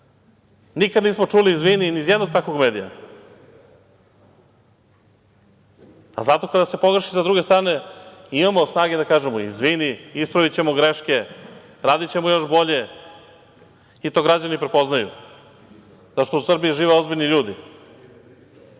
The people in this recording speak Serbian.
Nikada nismo čuli - izvini ni iz jednog takvog medija. Zato kada se pogreši sa druge strane imamo snage da kažemo – izvini, ispravićemo greške, radićemo još bolje i to građani prepoznaju zato što u Srbiji žive ozbiljni ljudi.